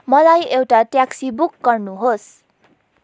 मलाई एउटा taxi book गर्नुहोस्